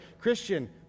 Christian